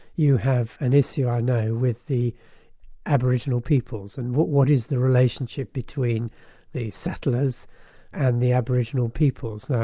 you have an issue i know with the aboriginal peoples, and what what is the relationship between the settlers and the aboriginal peoples.